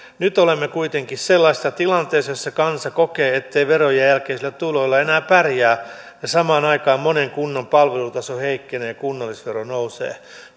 nyt olemme kuitenkin sellaisessa tilanteessa jossa kansa kokee ettei verojen jälkeisillä tuloilla enää pärjää ja samaan aikaan monen kunnan palvelutaso heikkenee ja kunnallisvero nousee